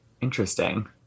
Interesting